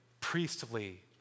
priestly